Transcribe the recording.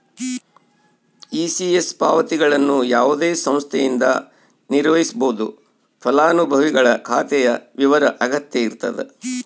ECS ಪಾವತಿಗಳನ್ನು ಯಾವುದೇ ಸಂಸ್ಥೆಯಿಂದ ನಿರ್ವಹಿಸ್ಬೋದು ಫಲಾನುಭವಿಗಳ ಖಾತೆಯ ವಿವರ ಅಗತ್ಯ ಇರತದ